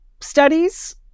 studies